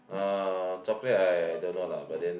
uh chocolate I don't know lah but then